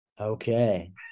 Okay